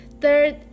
Third